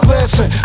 Listen